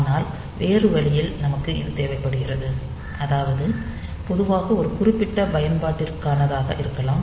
ஆனால் வேறு வழியில் நமக்கு இது தேவைப்படுகிறது அதாவது பொதுவாக ஒரு குறிப்பிட்ட பயன்பாட்டிற்கானதாக இருக்கலாம்